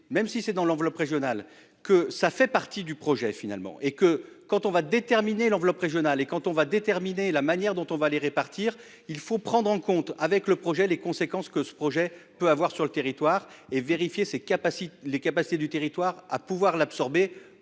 même si c'est dans l'enveloppe régionale que ça fait partie du projet finalement et que quand on va déterminer l'enveloppe régionale et quand on va déterminer la manière dont on va les répartir. Il faut prendre en compte avec le projet les conséquences que ce projet peut avoir sur le territoire et vérifier ses capacités les capacités du territoire à pouvoir l'absorber